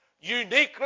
Uniquely